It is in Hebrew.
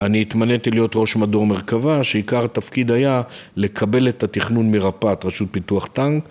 אני התמניתי להיות ראש מדור מרכבה, שעיקר התפקיד היה לקבל את התכנון מרפט, רשות פיתוח טנק